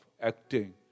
acting